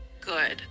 good